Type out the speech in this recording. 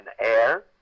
air